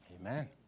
Amen